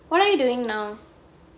what are you doing now